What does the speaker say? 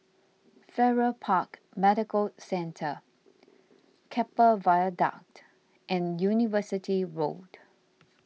Farrer Park Medical Centre Keppel Viaduct and University Road